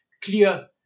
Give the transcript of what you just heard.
clear